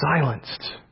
silenced